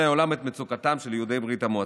העולם את מצוקתם של יהודי ברית המועצות.